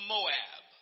Moab